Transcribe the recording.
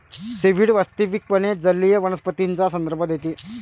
seaweed वास्तविकपणे जलीय वनस्पतींचा संदर्भ देते